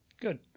Good